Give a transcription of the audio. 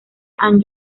and